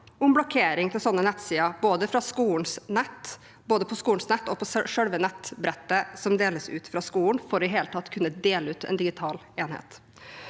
om blokkering av sånne nettsider, både på skolens nett og på selve nettbrettet som deles ut av skolen, for i hele tatt å kunne dele ut en digital enhet.